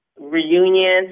reunion